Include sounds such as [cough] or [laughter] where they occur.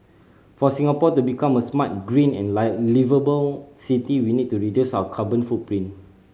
for Singapore to become a smart green and [unintelligible] liveable city we need to reduce our carbon footprint